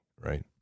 right